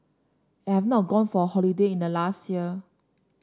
and I have not gone for a holiday in the last year